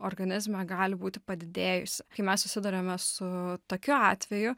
organizme gali būti padidėjusi kai mes susiduriame su tokiu atveju